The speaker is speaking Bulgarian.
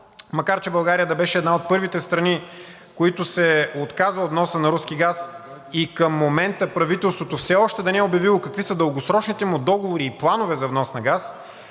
макар че България да беше една от първите страни, които се отказаха от вноса на руски газ, и към момента правителството все още да не е обявило какви са дългосрочните му договори и планове за внос на газ,